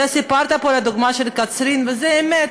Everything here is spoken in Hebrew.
סיפרת פה על הדוגמה של קצרין, וזו אמת.